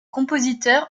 compositeur